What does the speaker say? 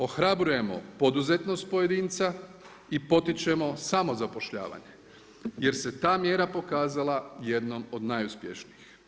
Ohrabrujemo poduzetnost pojedinca i potičemo samozapošljavanje jer se ta mjera pokazala jednom od najuspješnijih.